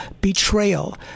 Betrayal